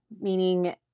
meaning